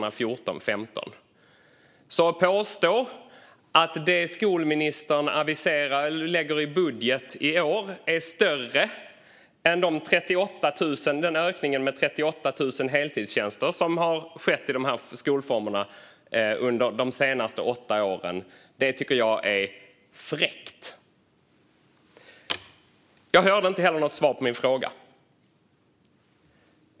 Jag tycker att det är fräckt av skolministern att påstå att det hon lägger i budget i år är större än den ökning med 38 000 heltidstjänster som skett i dessa skolformer under de senaste åtta åren. Jag hörde heller inget svar på min fråga.